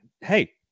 Hey